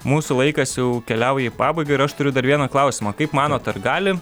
mūsų laikas jau keliauja į pabaigą ir aš turiu dar vieną klausimą kaip manot ar gali